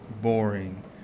Boring